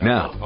Now